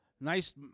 nice